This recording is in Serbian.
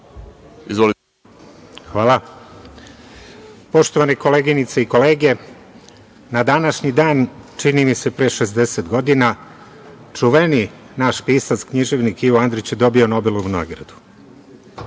Stojmirović** Poštovane koleginice i kolege, na današnji dan, čini mi se pre 60 godina, čuveni naš pisac, književnik, Ivo Andrić je dobio nobelovu nagradu.